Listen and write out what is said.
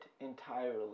entirely